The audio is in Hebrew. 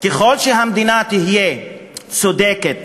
ככל שהמדינה תהיה צודקת,